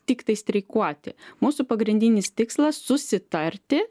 tiktai streikuoti mūsų pagrindinis tikslas susitarti